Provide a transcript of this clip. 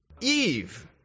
Eve